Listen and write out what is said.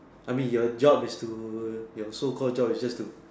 I mean your job is to your so called job is just to